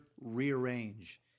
rearrange